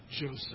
Joseph